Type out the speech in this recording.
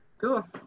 Cool